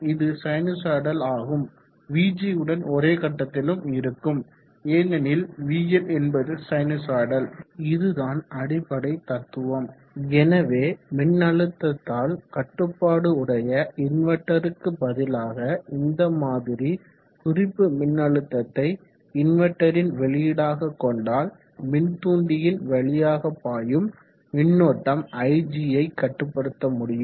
இது சைனுசொய்டல் ஆகவும் vg உடன் ஒரே கட்டத்திலும் இருக்கும் ஏனெனில் vL என்பது சைனுசொய்டல் இதுதான் அடிப்படை தத்துவம் எனவே மின்னழுத்தத்தால் கட்டுபாடு உடைய இன்வெர்ட்டர்க்கு பதிலாக இந்த மாதிரி குறிப்பு மின்னழுத்தத்தை இன்வெர்ட்டரின் வெளியீடாக கொண்டால் மின்தூண்டியின் வழியாக பாயும் மின்னோட்டம் ig யை கட்டுப்படுத்த முடியும்